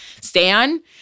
Stan